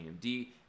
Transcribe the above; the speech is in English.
AMD